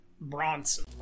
Bronson